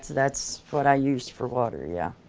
that's what i use for water yeah.